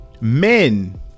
men